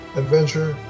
adventure